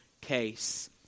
case